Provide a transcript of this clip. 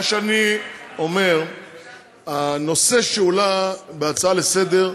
מה שאני אומר בנוגע לנושא שהועלה בהצעה לסדר-היום,